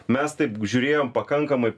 mes taip žiūrėjom pakankamai